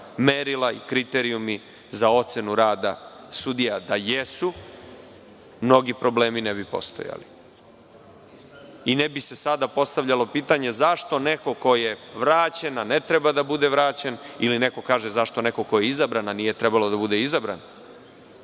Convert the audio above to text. merila i kriterijumi za ocenu rada sudija. Da jesu, mnogi problemi ne bi postojali i ne bi se sada postavljalo pitanje – zašto neko ko je vraćen, a ne treba da bude vraćen, ili neko kaže – zašto neko ko je izabran, a nije trebalo da bude izabran,